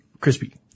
crispy